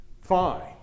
fine